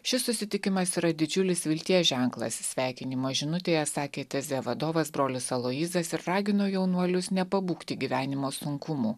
šis susitikimas yra didžiulis vilties ženklas sveikinimo žinutėje sakė tezė vadovas brolis aloyzas ir ragino jaunuolius nepabūgti gyvenimo sunkumų